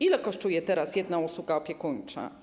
Ile kosztuje teraz jedna usługa opiekuńcza?